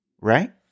right